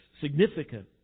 significant